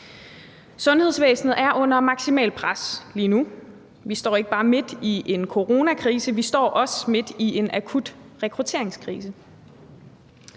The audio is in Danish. Sundhedsvæsenet er under maksimalt pres lige nu. Vi står ikke bare midt i en coronakrise, vi står også midt i en akut rekrutteringskrise.